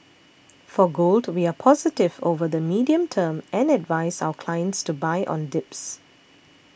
for gold we are positive over the medium term and advise our clients to buy on dips